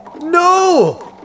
No